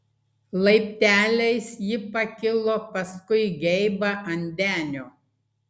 laipteliais ji pakilo paskui geibą ant denio